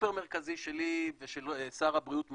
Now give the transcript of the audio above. סופר מרכזי שלי ושל שר הבריאות לאירוע.